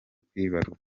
kwibaruka